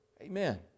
Amen